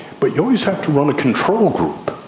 but you always have to run a control group,